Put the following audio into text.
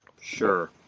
Sure